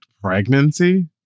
Pregnancy